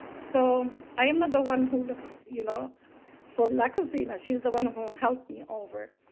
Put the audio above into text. so, i am not the one who looked you know for la cocina she's the one who helped me over.